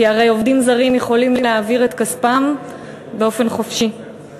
כי הרי עובדים זרים יכולים להעביר את כספם באופן חופשי.